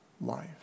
life